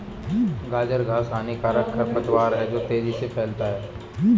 गाजर घास हानिकारक खरपतवार है जो तेजी से फैलता है